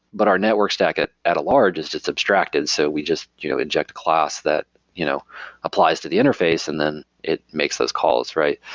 but our network network stack at at a large is it's abstracted, so we just you know inject class that you know applies to the interface and then it makes those calls, right?